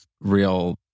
real